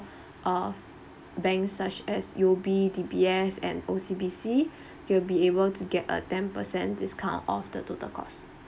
of banks such as U_O_B D_B_S and O_C_B_C you'll be able to get a ten percent discount off the total costs